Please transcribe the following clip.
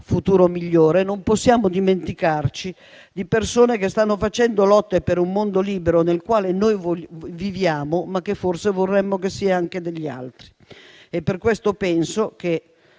futuro migliore. Non possiamo dimenticarci di persone che stanno lottando per un mondo libero: quello nel quale noi viviamo, ma che forse vorremmo anche per gli altri. Per questo penso che